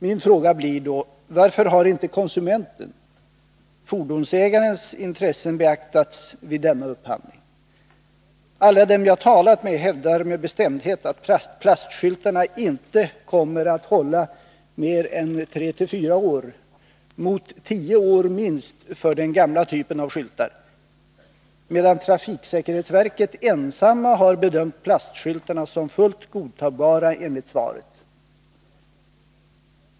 Min fråga blir då: Varför har inte konsumentens, fordonsägarens, intressen beaktats vid denna upphandling? Alla de som jag talat med hävdar med bestämdhet att plastskyltarna inte kommer att hålla mer än tre-fyra år mot minst tio år för den gamla typen av skyltar, medan trafiksäkerhetsverket ensamt har bedömt plastskyltarna som, enligt svaret, ”fullt godtagbara”.